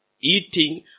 eating